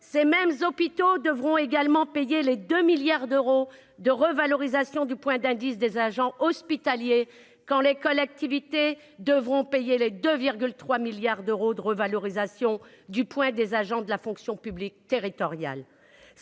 Ces mêmes hôpitaux devront également payer les 2 milliards d'euros de revalorisation du point d'indice des agents hospitaliers, quand les collectivités devront payer les 2,3 milliards d'euros de revalorisation du point des agents de la fonction publique territoriale.